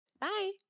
Bye